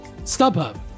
StubHub